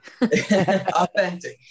Authentic